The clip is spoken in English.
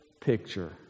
picture